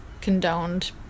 condoned